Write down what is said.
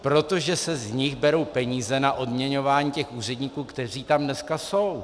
Protože se z nich berou peníze na odměňování těch úředníků, kteří tam dneska jsou.